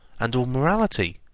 and all morality,